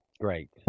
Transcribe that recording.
Great